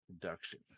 production